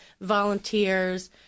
volunteers